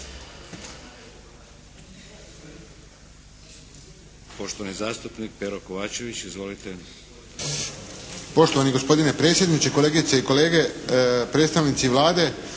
Poštovani zastupnik Pero Kovačević. Izvolite.